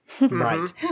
Right